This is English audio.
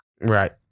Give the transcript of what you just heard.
Right